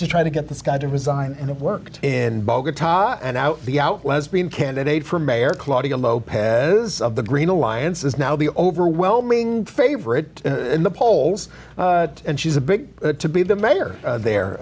to try to get this guy to resign and it worked in bogota and out the out lesbian candidate for mayor claudia lopez of the green alliance is now the overwhelming favorite in the polls and she's a big to be the mayor there